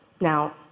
Now